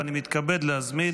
אני מתכבד להזמין